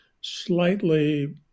slightly